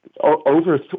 over